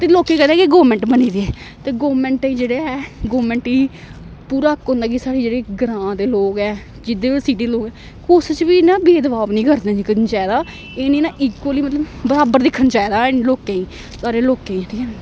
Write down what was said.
ते लोकें कदें की गौरमेंट बनी दे ते गौरमेंट जेह्ड़े ऐ गौरमेंट गी पूरा होंदा कि साढ़े जेह्ड़े ग्रांऽ दे लोक ऐ जिदे बी सिटी लोक कुसै च बी इ भेदभाव नं करना चाहिदा एह् निंा इक्अली मतलब बराबर दिक्खना चाहिदा लोकें गी सारे लोकें गी